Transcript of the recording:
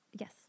Yes